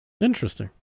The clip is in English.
Interesting